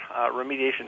remediation